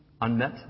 unmet